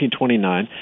1929